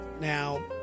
Now